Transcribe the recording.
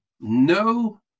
No